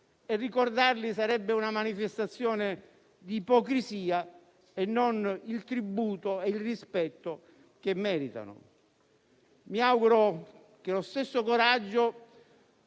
e ricordarli sarebbe una manifestazione di ipocrisia e non il tributo e il rispetto che meritano. Mi auguro che lo stesso coraggio